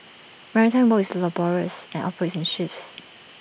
maritime work is laborious and operates in shifts